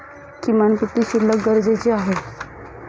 किमान किती शिल्लक गरजेची आहे?